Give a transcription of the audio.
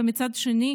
ומצד אחר,